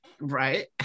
Right